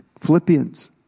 Philippians